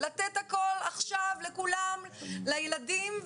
לתת הכול עכשיו לכולם לילדים,